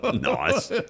Nice